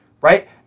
right